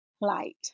Light